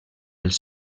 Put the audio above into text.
els